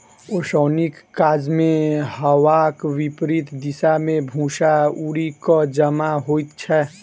ओसौनीक काजमे हवाक विपरित दिशा मे भूस्सा उड़ि क जमा होइत छै